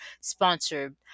sponsored